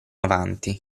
avanti